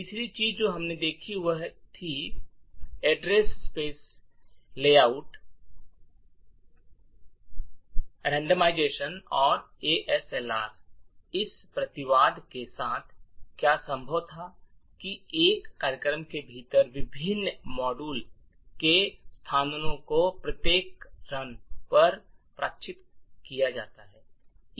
तीसरी चीज़ जो हमने देखी वह थी एड्रेस स्पेस लेआउट रेंडमाइजेशन या एएसएलआर इस प्रतिवाद के साथ क्या संभव था कि एक कार्यक्रम के भीतर विभिन्न मॉड्यूल के स्थानों को प्रत्येक रन पर यादृच्छिक किया जाता है